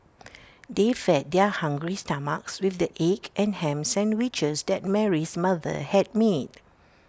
they fed their hungry stomachs with the egg and Ham Sandwiches that Mary's mother had made